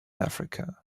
africa